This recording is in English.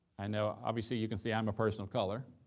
i know obviously you can see i'm a person of color.